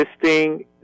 existing